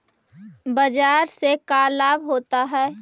बाजार से का लाभ होता है?